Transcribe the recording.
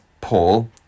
Paul